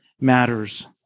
matters